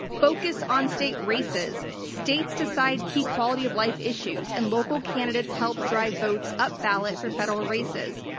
focus on state races. states decide key quality of life issues and local candidates help drive votes up ballot for federal races.